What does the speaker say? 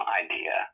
idea